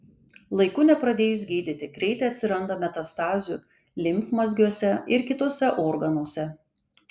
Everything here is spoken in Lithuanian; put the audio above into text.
laiku nepradėjus gydyti greitai atsiranda metastazių limfmazgiuose ir kituose organuose